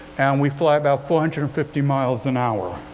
and we fly about four hundred and fifty miles an hour.